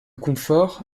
confort